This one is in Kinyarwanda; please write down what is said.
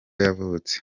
yavutse